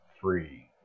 free